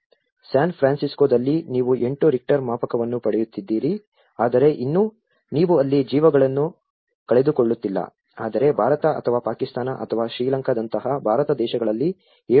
San ಫ್ರಾನ್ಸಿಸ್ಕೋದಲ್ಲಿ ನೀವು ಎಂಟು ರಿಕ್ಟರ್ ಮಾಪಕವನ್ನು ಪಡೆಯುತ್ತಿದ್ದೀರಿ ಆದರೆ ಇನ್ನೂ ನೀವು ಅಲ್ಲಿ ಜೀವಗಳನ್ನು ಕಳೆದುಕೊಳ್ಳುತ್ತಿಲ್ಲ ಆದರೆ ಭಾರತ ಅಥವಾ ಪಾಕಿಸ್ತಾನ ಅಥವಾ ಶ್ರೀಲಂಕಾದಂತಹ ಭಾರತ ದೇಶಗಳಲ್ಲಿ 7